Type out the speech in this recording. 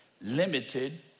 limited